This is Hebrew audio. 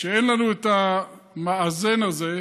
כשאין לנו את המאזן הזה,